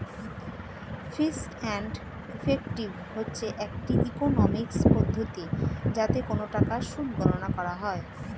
fees and effective হচ্ছে একটি economics পদ্ধতি যাতে কোন টাকার সুদ গণনা করা হয়